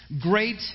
great